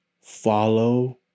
Follow